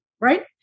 Right